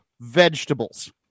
vegetables